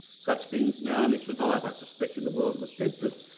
such things now only survived i suspect in the world of esteidfords,